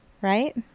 right